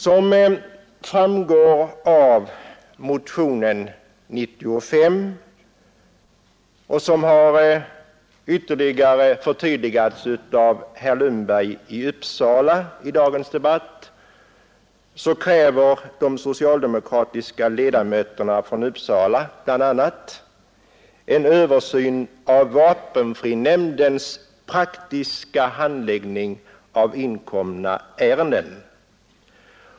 Såsom framgår av motionen 95 och det ytterligare förtydligandet av herr Lundberg i Uppsala i dagens debatt kräver de socialdemokratiska ledamöterna från Uppsala bl.a. en översyn av vapenfrinämndens praktiska handläggning av inkomna ärenden.